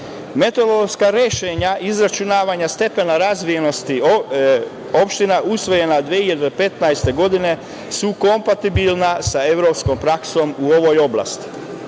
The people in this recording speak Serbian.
rešenja izračunavanja stepena razvijenosti opština usvojena 2015. godine su kompatibilna sa evropskom praksom u ovoj oblasti,